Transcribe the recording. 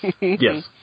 yes